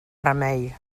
remei